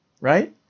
Right